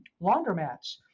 Laundromats